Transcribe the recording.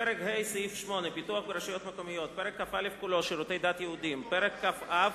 פרק ה', סעיף 8 (פיתוח ברשויות המקומיות); פרק כ"א